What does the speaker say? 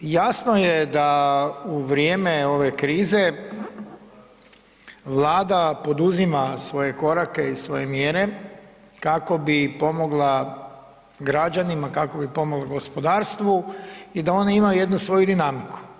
Jasno je da u vrijeme ove krize Vlada poduzima svoje korake i svoje mjere kako bi pomogla građanima, kako bi pomogla gospodarstvu i da one imaju jednu svoju dinamiku.